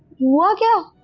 we'll go